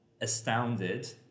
astounded